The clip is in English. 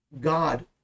God